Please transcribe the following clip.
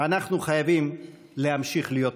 אנחנו חייבים להמשיך להיות משפחה.